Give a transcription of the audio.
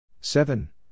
seven